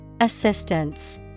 Assistance